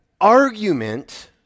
argument